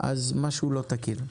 משהו לא תקין.